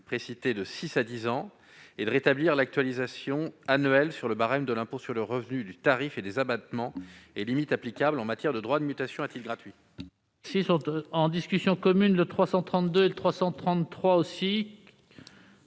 précité de six à dix ans. Enfin, il tend à rétablir l'actualisation annuelle sur le barème de l'impôt sur le revenu du tarif et des abattements et limites applicables en matière de droits de mutation à titre gratuit.